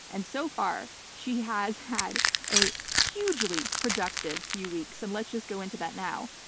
and so far she has had a hugely productive few weeks and let's just go into that now.